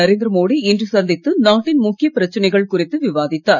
நரேந்திர மோடி இன்று சந்தித்து நாட்டின் முக்கிய பிரச்சனைகள் குறித்து விவாதித்தார்